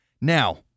Now